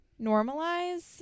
Normalize